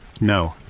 No